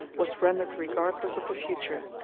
was rendered regardless of the future.